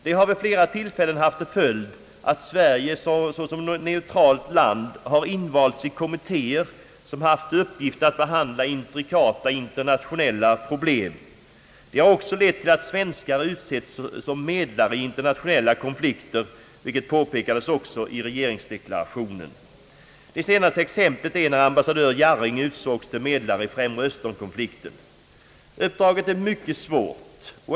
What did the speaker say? Det har vid flera tillfällen haft till följd att Sverige som neutralt land har invalts i kommittéer som haft till uppgift att behandla intrikata internationella problem. Det har också lett till att svenskar har utsetts som medlare i internationella konflikter — vilket också påpekades i regeringsdeklarationen. Det senaste exemplet härpå var när ambassadör Jarring utsågs till medlare i Främre Östern-konflikten. Uppdraget är mycket svårt.